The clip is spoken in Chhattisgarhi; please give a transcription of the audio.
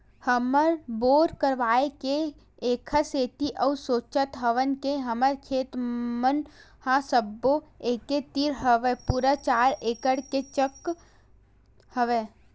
हमन बोर करवाय के ऐखर सेती अउ सोचत हवन के हमर खेत मन ह सब्बो एके तीर हवय पूरा चार एकड़ के चक हवय